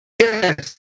Yes